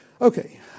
Okay